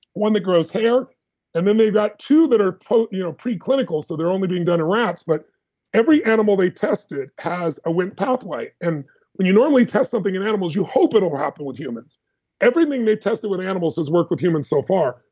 one that grows hair and then they've got two that are you know pre-clinical so they're only being done on rats, but every animal they tested has a wnt pathway and when you normally test something in animals, you hope it'll happen with humans everything they've tested with animals has worked with humans so far,